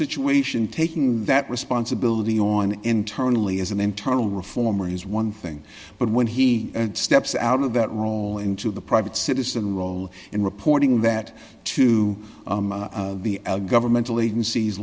situation taking that responsibility on internally as an internal reformer is one thing but when he steps out of that role into the private citizen role in reporting that to our governmental agencies